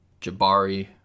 Jabari